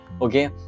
okay